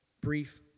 brief